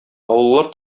авыллар